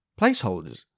placeholders